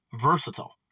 Versatile